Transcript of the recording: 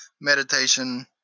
Meditation